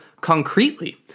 concretely